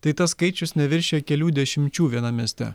tai tas skaičius neviršija kelių dešimčių vienam mieste